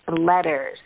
letters